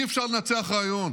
אי-אפשר לנצח רעיון.